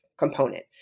component